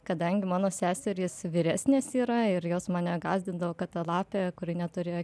kadangi mano seserys vyresnės yra ir jos mane gąsdindavo kad ta lapė kuri neturėjo